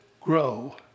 grow